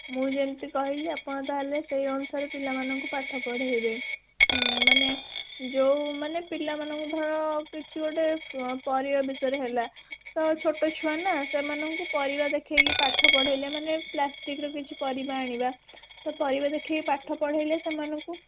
ମୁଁ ଯେମତି କହିଲି ଆପଣ ତା' ହେଲେ ସେଇ ଅନୁସାରେ ପିଲାମାନଙ୍କୁ ପାଠ ପଢ଼ାଇବେ ମାନେ ଯେଉଁ ମାନେ ପିଲାମାନଙ୍କୁ ଧର କିଛି ଗୋଟେ ପରିବା ବିଷୟରେ ହେଲା ତ ଛୋଟ ଛୁଆ ନା ସେମାନଙ୍କୁ ପରିବା ଦେଖାଇ ପାଠ ପଢ଼ାଇଲେ ମାନେ ପ୍ଲାଷ୍ଟିକର କିଛି ପରିବା ଆଣିବା ସେ ପରିବା ଦେଖାଇ ପାଠ ପଢ଼ାଇଲେ ସେମାନଙ୍କୁ